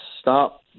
stop